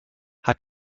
hat